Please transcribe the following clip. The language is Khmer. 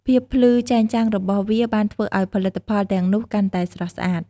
ភាពភ្លឺចែងចាំងរបស់វាបានធ្វើឱ្យផលិតផលទាំងនោះកាន់តែស្រស់ស្អាត។